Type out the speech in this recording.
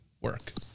work